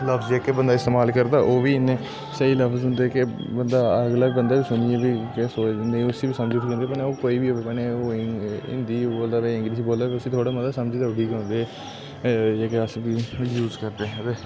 लफ्ज़ जेह्के बंदा इस्तमाल करदा ओह् बी इन्ने स्हेई लफ्ज होंदे के बंदा अगला बंदा बी सुनियै बी जे सोचदा उसी बी समझ उठी औंदी ओह् कोई बी होवै भामें हिन्दी बोलग इंग्लिश बोलग उसी थोह्ड़ा मता समझ ते उठी गै औंदी ते जेह्के अस बी यूज़ करदे हे ते